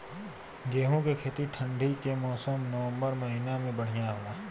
गेहूँ के खेती ठंण्डी के मौसम नवम्बर महीना में बढ़ियां होला?